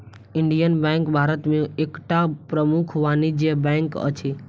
Indian bank Bharat में एकटा प्रमुख वाणिज्य बैंक अछि